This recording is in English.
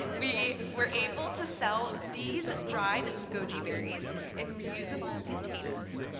we were able to sell these dried goji berries in reusable containers.